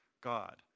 God